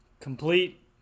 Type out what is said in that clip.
Complete